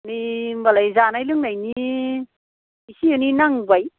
नै होमबालाय जानाय लोंनायनि एसे एनै नांबाय